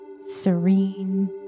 serene